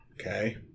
Okay